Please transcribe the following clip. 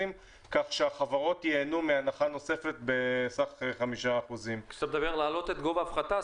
כך שהחברות ייהנו מהנחה נוספת בסך 5%. להעלות את גובה ההפחתה,